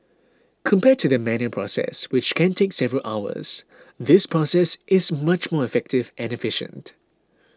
compared to the manual process which can take several hours this process is much more effective and efficient